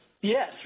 Yes